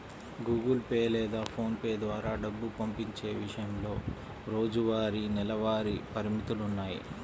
Google Pay లేదా PhonePe ద్వారా డబ్బు పంపించే విషయంలో రోజువారీ, నెలవారీ పరిమితులున్నాయి